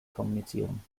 kommunizieren